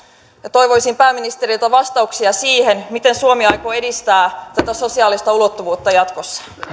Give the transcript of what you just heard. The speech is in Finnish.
toivoisin pääministeriltä vastauksia siihen miten suomi aikoo edistää tätä sosiaalista ulottuvuutta jatkossa